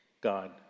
God